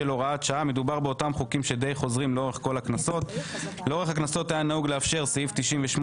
98. לאורך הכנסות היה נהוג לאפשר סעיף 98